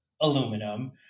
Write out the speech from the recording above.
aluminum